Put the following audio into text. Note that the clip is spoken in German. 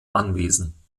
anwesen